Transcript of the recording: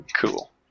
Cool